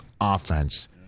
offense